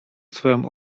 swoją